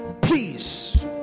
please